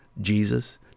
Jesus